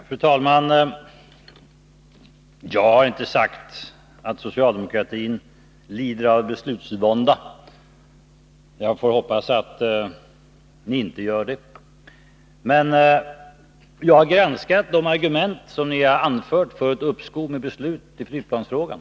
Fru talman! Jag har inte sagt att socialdemokratin lider av beslutsvånda. Jag får hoppas att den inte gör det. Men jag har granskat de argument som ni har anfört för ett uppskov med beslut i flygplansfrågan.